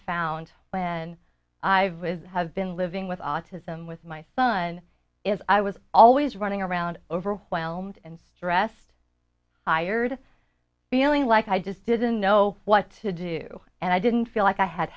found when i have been living with autism with my son is i was always running around overwhelmed and stressed hired feeling like i just didn't know what to do and i didn't feel like i had